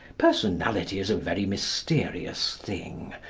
personality is a very mysterious thing.